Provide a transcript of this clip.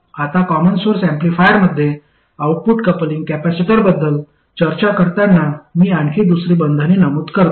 आता common source एम्पलीफायरमध्ये output coupling कॅपेसिटरबद्दल चर्चा करताना मी आणखी दुसरी बंधने नमूद करतो